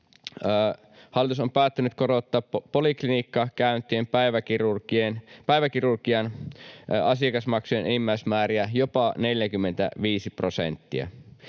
hallitus on päättänyt korottaa poliklinikkakäyntien ja päiväkirurgian asiakasmaksujen enimmäismääriä jopa 45 prosenttia.